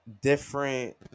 different